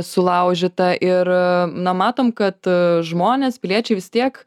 sulaužyta ir na matom kad žmonės piliečiai vis tiek